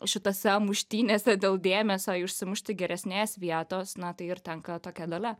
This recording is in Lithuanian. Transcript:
šitose muštynėse dėl dėmesio išsimušti geresnės vietos na tai ir tenka tokia dalia